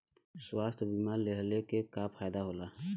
स्वास्थ्य बीमा लेहले से का फायदा होला?